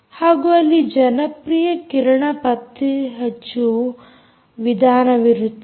ಹಾಗೂ ಅಲ್ಲಿ ಜನಪ್ರಿಯ ಕಿರಣ ಪತ್ತೆಹಚ್ಚುವ ವಿಧಾನವಿರುತ್ತದೆ